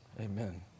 amen